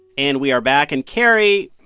and we are back. and carrie,